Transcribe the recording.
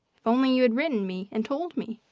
if only you had written me and told me.